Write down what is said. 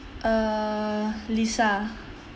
err lisa